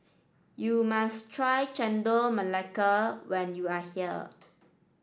you must try Chendol Melaka when you are here